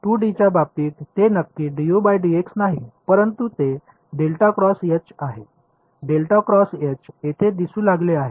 2 डीच्या बाबतीत ते नक्की du dx नाही परंतु ते आहे येथे दिसू लागले आहे